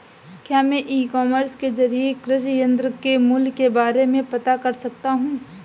क्या मैं e commerce के ज़रिए कृषि यंत्र के मूल्य के बारे में पता कर सकता हूँ?